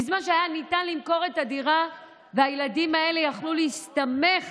בזמן שהיה ניתן למכור את הדירה והילדים האלה יכלו להסתמך